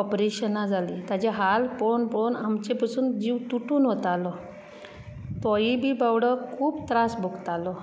ऑपरेशनां जालीं ताचे हाल पळोवन पळोवन आमचें पसून जीव तुटून वतालो तोवूय बी बावडो खूब त्रास भोगतालो